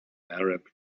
arab